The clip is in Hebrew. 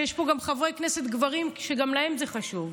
יש פה גם חברי כנסת גברים שגם להם זה חשוב,